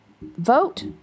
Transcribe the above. vote